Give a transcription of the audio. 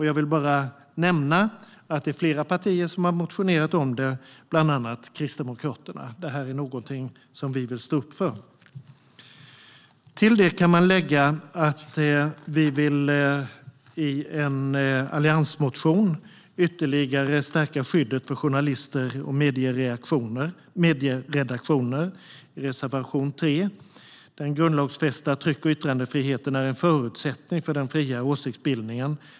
Jag vill bara nämna att det är flera partier som har motionerat om detta, bland annat Kristdemokraterna. Det här är någonting som vi vill stå upp för. Till detta kan man lägga att vi i en alliansmotion ytterligare vill stärka skyddet för journalister och medieredaktioner. I reservation 3 uttalas att den grundlagsfästa tryck och yttrandefriheten är en förutsättning för den fria åsiktsbildningen.